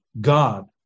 God